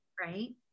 right